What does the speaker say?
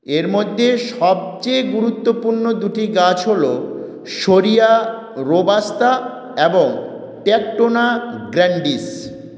এর মধ্যে সবচেয়ে গুরুত্বপূর্ণ দুটি গাছ হল শোরিয়া রোবাস্তা এবং টেকটোনা গ্র্যান্ডিস